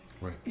Right